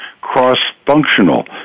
cross-functional